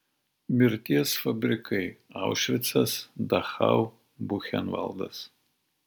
mirties fabrikai aušvicas dachau buchenvaldas